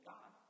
God